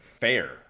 Fair